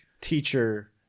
teacher